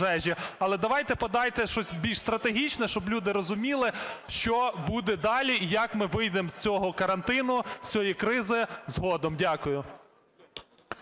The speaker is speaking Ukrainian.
але давайте подайте щось більш стратегічне, щоб люди розуміли, що буде далі і як ми вийдемо з цього карантину, з цієї кризи згодом. Дякую.